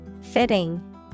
Fitting